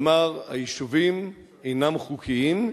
הוא אמר: היישובים אינם חוקיים,